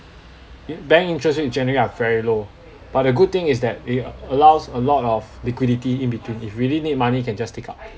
bank interest rate generally are very low but the good thing is that it allows a lot of liquidity in between if really need money can just take out